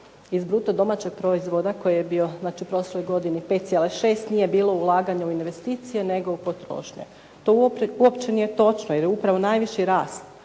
iz bruto domaćeg proizvoda koji je bio znači u prošloj godini 5,6 nije bilo ulaganje u investicije nego u potrošnju. To uopće nije točno jer je upravo najviši rast,